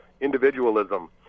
individualism